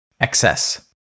Excess